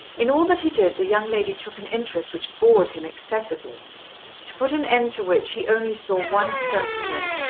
in all that he did the young lady took an interest which bored him excessively to put an end to which he only saw one certain way.